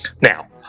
now